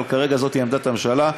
אבל כרגע זאת זו עמדת הממשלה,